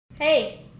Hey